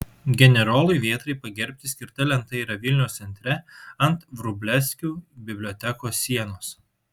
generolui vėtrai pagerbti skirta lenta yra vilniaus centre ant vrublevskių bibliotekos sienos